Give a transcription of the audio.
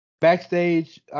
Backstage